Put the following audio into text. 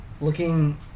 looking